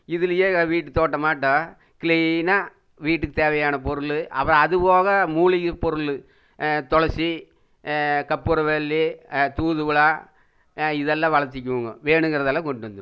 இதுலேயே வீட்டு தோட்டமாகட்டும் கிளீனாக வீட்டுக்கு தேவையான பொருள் அப்புறம் அது போக மூலிகை பொருள் துளசி கற்பூரவள்ளி தூதுவளை இதெல்லாம் வளர்த்திக்கிவோங்க வேணுங்கிறதெல்லாம் கொண்டு வந்துடுவோம்